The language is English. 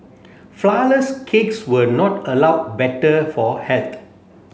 flour less cakes were not allow better for health